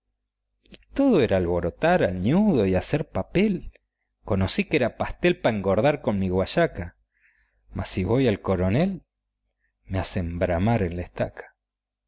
todo era alborotar al ñudo y hacer papel conocí que era pastel pa engordar con mi guayaca mas si voy al coronel me hacen bramar en la estaca